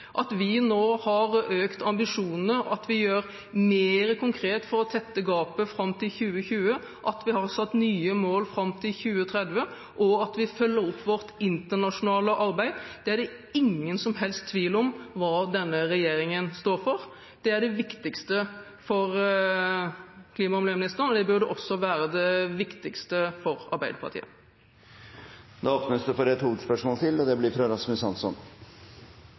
at vi nå har økt ambisjonene, at vi gjør mer konkret for å tette gapet fram til 2020, at vi har satt nye mål fram til 2030, og at vi følger opp vårt internasjonale arbeid. Det er ingen som helst tvil om hva denne regjeringen står for. Det er det viktigste for klima- og miljøministeren, og det burde også være det viktigste for Arbeiderpartiet. Vi går videre til siste hovedspørsmål, som er fra Rasmus Hansson.